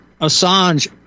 Assange